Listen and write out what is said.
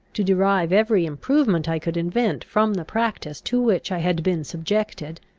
to derive every improvement i could invent from the practice to which i had been subjected,